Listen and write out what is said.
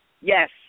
Yes